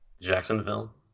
Jacksonville